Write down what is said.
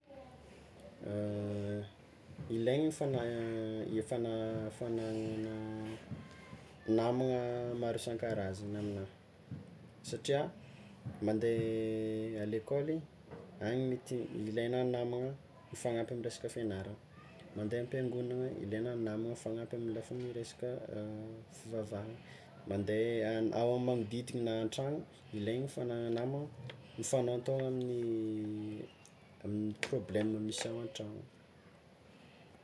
Ilaigny fana- le fana- fana- fagnagnana namagna maro isan-karazagny aminahy satria mande a lekôly any mety ilaigna ny namagna hifagnampy amy resaka fiagnarana, mande am-piangonana ilaigna ny namagna hanampy amy resaka fivavahana, mande ao amin'ny magnodidigna tragno, ilaigny fagnagnana namagna mifanontoha amin'ny amin'ny prôblema misy ao an-tragno.